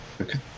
Okay